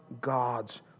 God's